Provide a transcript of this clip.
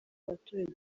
abaturage